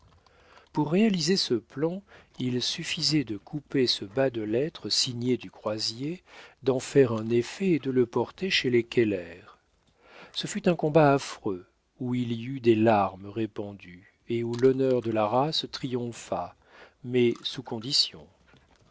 pour réaliser ce plan il suffisait de couper ce bas de lettre signée du croisier d'en faire un effet et de le porter chez les keller ce fut un combat affreux où il y eut des larmes répandues et où l'honneur de la race triompha mais sous condition